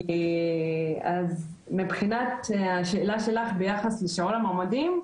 אז ביחס לשאלה שלך ביחס לשיעור המועמדים,